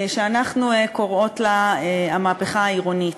שאנחנו קוראות לה "המהפכה העירונית".